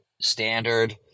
standard